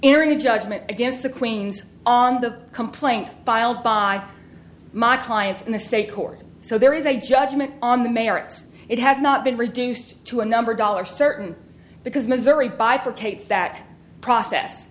the judgment against the queens on the complaint filed by my clients in the state court so there is a judgment on the mayor it's it has not been reduced to a number of dollars certain because missouri by protects that process